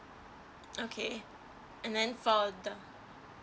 okay and then for the